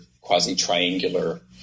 quasi-triangular